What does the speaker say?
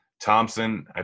Thompson